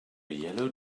yellow